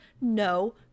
No